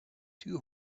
two